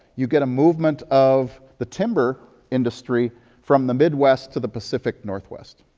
you get a movement of the timber industry from the midwest to the pacific northwest.